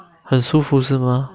很舒服是吗